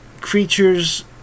creatures